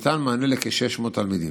ניתן מענה לכ-600 תלמידים.